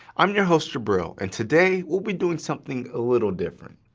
i'm your host jabril, and today we'll be doing something a little different.